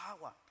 power